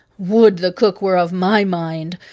would the cook were of my mind!